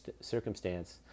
circumstance